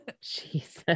Jesus